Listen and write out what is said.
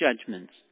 judgments